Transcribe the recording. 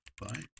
Bye